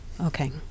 Okay